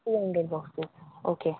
two hundred boxes okay